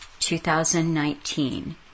2019